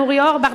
אורי אורבך,